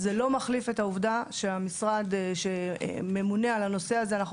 זה לא מחליף את העובדה שהמשרד שממונה על הנושא הזה,